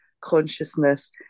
consciousness